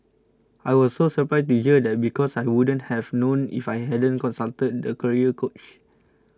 I was so surprised to hear that because I wouldn't have known if I hadn't consulted the career coach